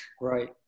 Right